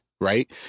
Right